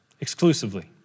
exclusively